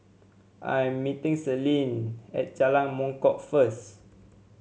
I'm meeting Selene at Jalan Mangkok first